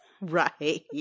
right